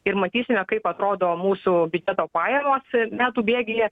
ir matysime kaip atrodo mūsų biudžeto pajamos metų bėgyje